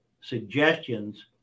suggestions